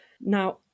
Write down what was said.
Now